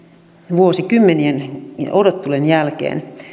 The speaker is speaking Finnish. vuosikymmenien odottelun jälkeen